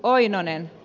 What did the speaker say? aina ne